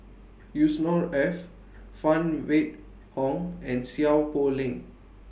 Yusnor Ef Phan Wait Hong and Seow Poh Leng